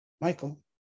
Michael